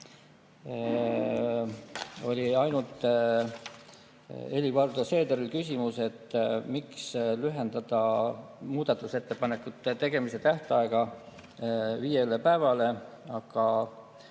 oli ainult Helir-Valdor Seederil küsimus: miks lühendada muudatusettepanekute tegemise tähtaega viiele päevale?